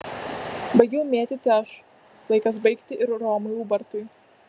baigiau mėtyti aš laikas baigti ir romui ubartui